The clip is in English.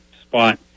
spot